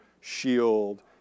Shield